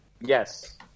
Yes